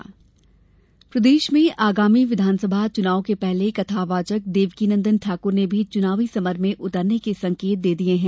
देवकीनंदन ठाकुर प्रदेश में आगामी विघानसभा चुनाव के पहले कथावाचक देवकीनंदन ठाकुर ने भी चुनावी समर में उतरने के संकेत दिए हैं